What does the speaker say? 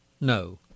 no